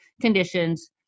conditions